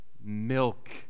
Milk